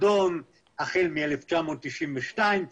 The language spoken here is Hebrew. הפיקדון החל מ-1992.